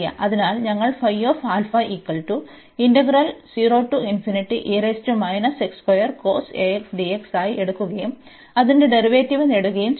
അതിനാൽ ഞങ്ങൾ ആയി എടുക്കുകയും അതിന്റെ ഡെറിവേറ്റീവ് നേടുകയും ചെയ്യും